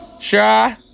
Shaw